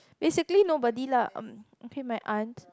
basically nobody lah uh okay my aunt